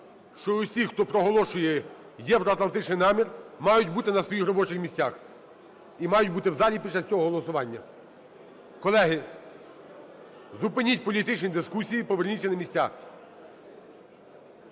що усі, хто проголошує євроатлантичний намір, мають бути на своїх робочих місцях і мають бути в залі після цього голосування. Колеги, зупиніть політичні дискусії, поверніться на місця.